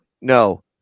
no